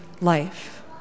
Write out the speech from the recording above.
life